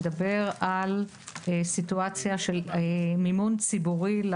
מדבר על סיטואציה של מימון ציבורי.